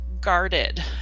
guarded